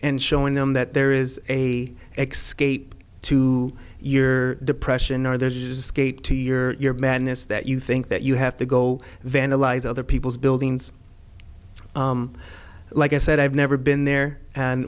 and showing them that there is a xscape to your depression or there's a skate to your madness that you think that you have to go vandalize other people's buildings like i said i've never been there and